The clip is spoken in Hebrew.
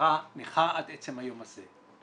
ונשארה נכה עד עצם היום הזה.